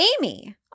Amy